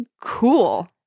cool